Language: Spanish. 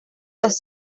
los